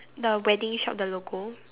the wedding shop the logo